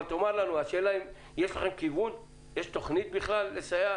השאלה אם יש לכם כיוון, יש תוכנית בכלל לסייע